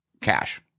cash